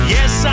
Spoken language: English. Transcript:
Yes